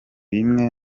bimwe